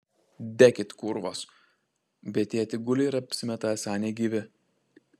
dekit kūrvos bet tie tik guli ir apsimeta esą negyvi